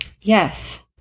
Yes